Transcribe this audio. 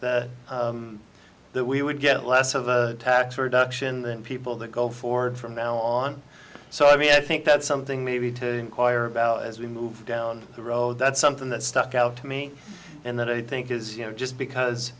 timely that we would get less of a tax reduction than people that go forward from now on so i mean i think that something maybe to enquire about as we move down the road that's something that stuck out to me and that i think is you know just because